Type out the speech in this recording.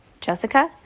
Jessica